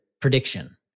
prediction